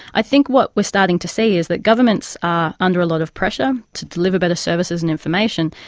i think what we're starting to see is that governments are under a lot of pressure to deliver better services and information,